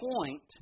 point